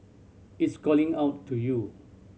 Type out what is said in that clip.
it's calling out to you